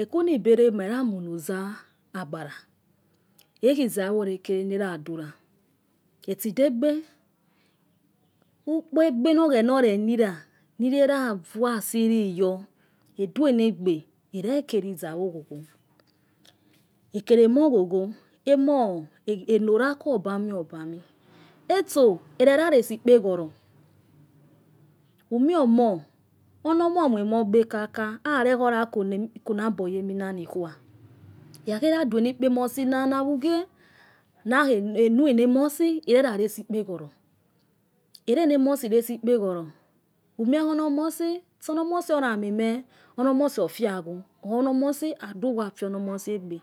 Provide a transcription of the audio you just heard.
Okunobele ma. iyqmuna akpala. ekhi ezaho lekele nayadula etsi degbe ukegbe. nor oghona orenila. haleka vua. asiloyo edua nagbe erekele ezaivo ghogho. okele omor ghogho amor enolaku obami obami etso erele. lesi ekpehohor. umio omor ono. omor umua mo gba kaka. awele. khuga kuna boyamina nokhua. ikhakheya duani ekr emosina wugwa na. enuana. omosi erela lasi. ekpeholor. elens omosi lasi ekpehole umie ono-omosi-itso. ono. omesi owa meme. ono. omosi ofia. khu. or adukhua kuo ono-omosi egbe.